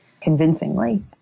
convincingly